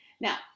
now